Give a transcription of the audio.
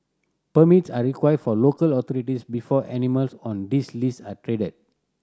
permits are required for local authorities before animals on this list are traded